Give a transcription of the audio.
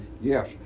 Yes